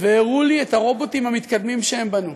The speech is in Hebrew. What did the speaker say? והראו לי את הרובוטים המתקדמים שהם בנו,